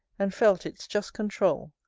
and felt its just controul.